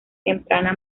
temprana